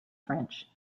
french